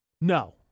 No